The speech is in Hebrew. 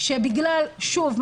שבגלל שוב,